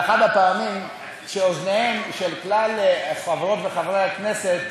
זו אחת הפעמים שאוזניהם של כלל חברות וחברות הכנסת,